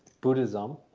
Buddhism